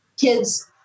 kids